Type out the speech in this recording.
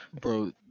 Bro